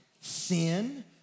sin